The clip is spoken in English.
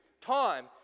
time